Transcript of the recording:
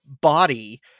body